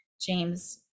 James